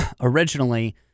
originally